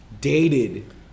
dated